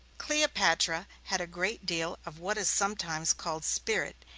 cleopatra had a great deal of what is sometimes called spirit,